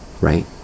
Right